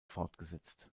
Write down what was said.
fortgesetzt